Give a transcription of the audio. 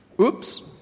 Oops